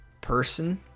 person